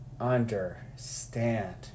understand